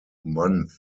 months